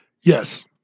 yes